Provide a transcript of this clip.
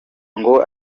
ngo